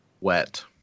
Wet